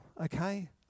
okay